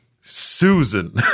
Susan